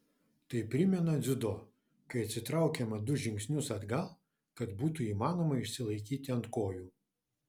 tai primena dziudo kai atsitraukiama du žingsnius atgal kad būtų įmanoma išsilaikyti ant kojų